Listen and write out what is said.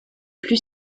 plus